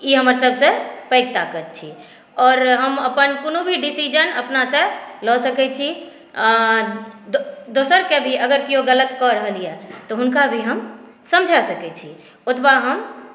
ई हमर सभसॅं पैघ ताकत छी आओर हम अपन कोनो भी डिसीजन अपनासँ लए सकै छी आर दोसरके भी अगर किओ गलत कऽ रहल छथि तऽ हुनका भी हम समझा सकै छी ओतबा हम